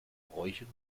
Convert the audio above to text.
bräuchen